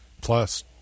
Plus